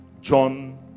John